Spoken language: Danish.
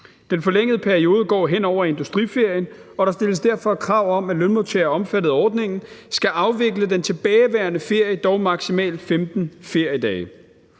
Den forlængede periode går hen over industriferien, og der stilles derfor krav om, at lønmodtagere, der er omfattet af ordningen, skal afvikle den tilbageværende ferie, dog maksimalt 15 feriedage.